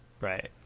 Right